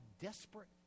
Desperate